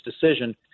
decision